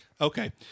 Okay